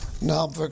Now